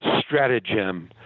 stratagem